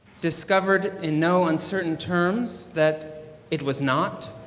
discovered in no uncertain terms that it was not.